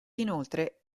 inoltre